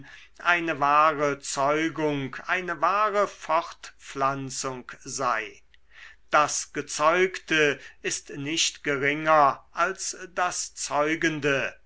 eine wahre zeugung eine wahre fortpflanzung sei das gezeugte ist nicht geringer als das zeugende